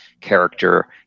character